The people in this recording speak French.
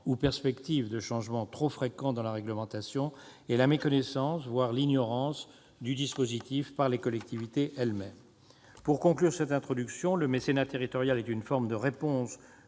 ou perspectives de changements trop fréquents dans la réglementation et la méconnaissance, voire l'ignorance du dispositif par les collectivités territoriales elles-mêmes. Monsieur le ministre, mes chers collègues, le mécénat territorial est une forme de réponse